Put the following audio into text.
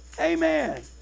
amen